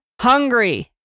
hungry